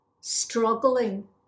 struggling